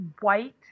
white